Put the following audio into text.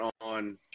on